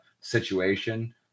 situation